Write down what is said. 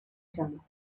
jump